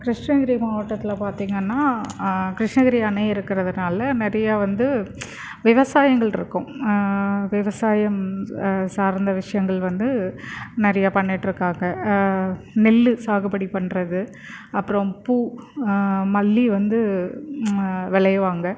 கிருஷ்ணகிரி மாவட்டத்தில் பார்த்தீங்கன்னா கிருஷ்ணகிரி அணை இருக்கிறதனால நிறைய வந்து விவசாயங்கள் இருக்கும் விவசாயம் சார்ந்த விஷயங்கள் வந்து நிறைய பண்ணிட்டுருக்காங்க நெல்லு சாகுபடி பண்ணுறது அப்புறம் பூ மல்லி வந்து விளைவாங்க